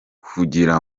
kugira